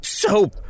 soap